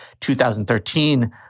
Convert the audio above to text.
2013